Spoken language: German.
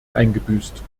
eingebüßt